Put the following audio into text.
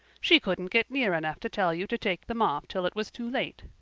she couldn't get near enough to tell you to take them off till it was too late.